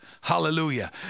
hallelujah